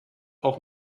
auch